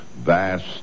vast